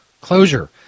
Closure